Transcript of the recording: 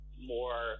more